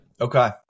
okay